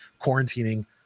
quarantining